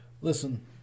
listen